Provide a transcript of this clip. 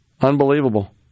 Unbelievable